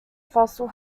fossil